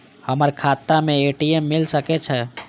हमर खाता में ए.टी.एम मिल सके छै?